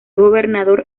gobernador